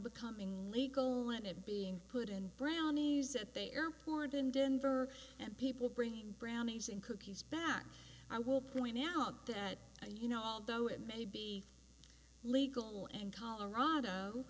becoming legal and it being put in brownies at the airport in denver and people bringing brownies and cookies back i will point out that and you know although it may be legal and